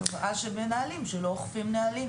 תופעה של מנהלים שלא אוכפים נהלים.